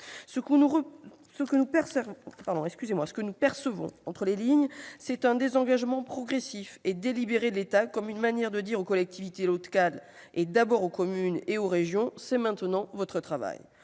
Ce que nous percevons entre les lignes, c'est un désengagement progressif et délibéré de l'État, comme une manière de dire aux collectivités territoriales, et d'abord aux communes et aux régions : c'est maintenant votre travail